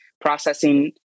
processing